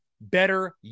better